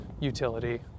Utility